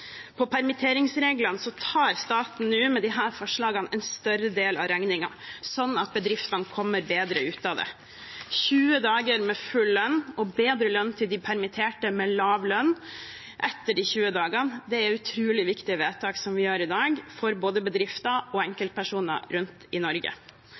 tar staten nå, med disse forslagene, en større del av regningen, slik at bedriftene kommer bedre ut av det. 20 dager med full lønn og bedre lønn til de permitterte med lav lønn etter de 20 dagene er utrolig viktige vedtak som vi gjør i dag, for både bedrifter og enkeltpersoner rundt omkring i Norge.